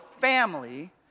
family